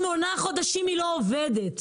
שמונה חודשים היא לא עובדת.